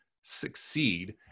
succeed